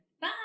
Bye